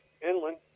Inland